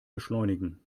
beschleunigen